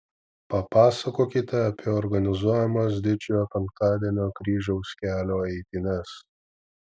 papasakokite apie organizuojamas didžiojo penktadienio kryžiaus kelio eitynes